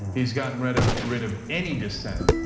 he's gotten rid ah rid of any dissent.